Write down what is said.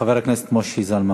חבר הכנסת משה זלמן